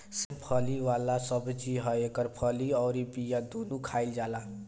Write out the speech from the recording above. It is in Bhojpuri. सेम फली वाला सब्जी ह एकर फली अउरी बिया दूनो के खाईल जाला